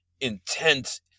intense –